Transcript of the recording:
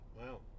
Wow